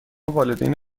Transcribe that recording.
والدین